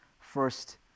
first